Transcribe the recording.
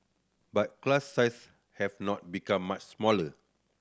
but class size have not become much smaller